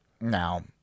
Now